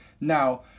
now